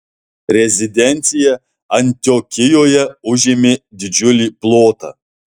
rezidencija antiokijoje užėmė didžiulį plotą